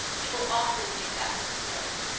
people often make that mistake.